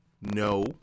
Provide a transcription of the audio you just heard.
no